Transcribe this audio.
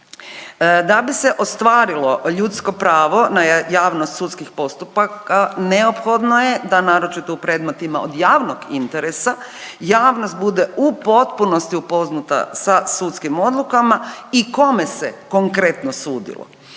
Da bi se ostvario ljudsko pravo na javnost sudskih postupaka, neophodno je da naročito u predmetima od javnog interesa, javnost bude u potpunosti upoznata sa sudskim odlukama i kome se konkretno sudilo.